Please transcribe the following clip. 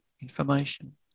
information